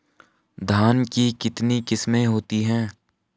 धान की कितनी किस्में होती हैं?